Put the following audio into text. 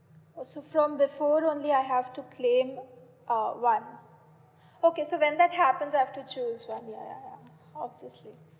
oh so from the four only I have to claim uh one okay so when that happens I have to choose one ya ya ya obviously